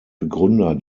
begründer